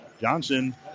Johnson